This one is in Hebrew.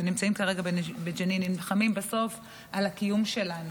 שנמצאים כרגע בג'נין ונלחמים בסוף על הקיום שלנו.